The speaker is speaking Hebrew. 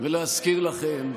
ולהזכיר לכם,